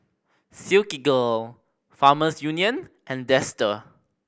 Silkygirl Farmers Union and Dester